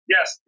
Yes